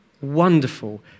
wonderful